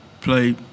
play